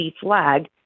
flag